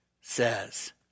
says